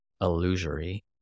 illusory